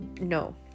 No